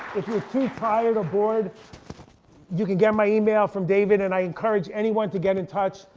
if you're too tired or bored you can get my email from david. and i encourage anyone to get in touch.